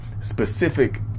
specific